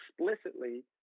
explicitly